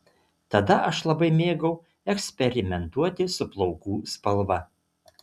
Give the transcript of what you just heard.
tada aš labai mėgau eksperimentuoti su plaukų spalva